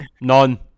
None